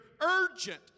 urgent